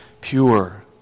pure